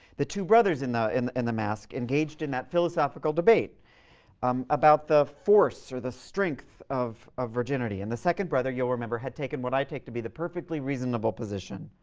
the two brothers in the in the and mask engaged in that philosophical debate um about the force, or the strength, of ah virginity. and the second brother, you'll remember, had taken what i take to be the perfectly reasonable position,